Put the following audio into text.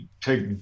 take